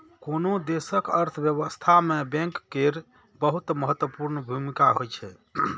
कोनो देशक अर्थव्यवस्था मे बैंक केर बहुत महत्वपूर्ण भूमिका होइ छै